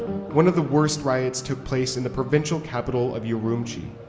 one of the worst riots took place in the provincial capital of urumqi.